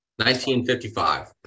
1955